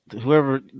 whoever